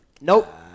Nope